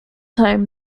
home